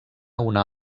una